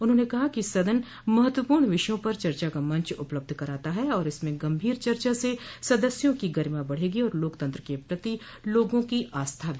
उन्होंने कहा कि सदन महत्वपूण विषयों पर चर्चा का मंच उपलब्ध कराता है और इसमें गंभीर चर्चा से सदस्यों की गरिमा बढ़ेगी और लोकतंत्र के प्रति लोगों की आस्था भी